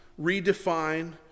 redefine